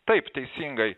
taip teisingai